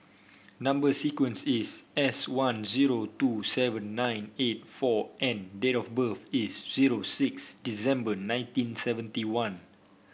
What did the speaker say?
number sequence is S one zero two seven nine eight four N date of birth is zero six December nineteen seventy one